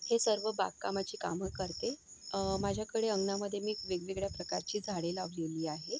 हे सर्व बागकामाची कामं करते माझ्याकडे अंगणामध्ये मी वेगवेगळ्या प्रकारची झाडे लावलेली आहे